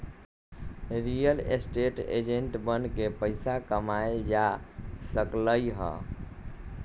real estate agent बनके पइसा कमाएल जा सकलई ह